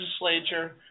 legislature